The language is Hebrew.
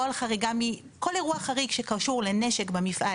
כל אירוע חריג שקשור לנשק במפעל,